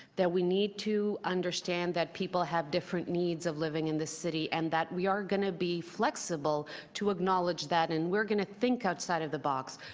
that we need to understand that people have different needs of living in the city and that we are going to be flexible to acknowledge that and we're going to think outside of the box.